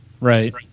Right